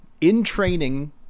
in-training